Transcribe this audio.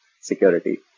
security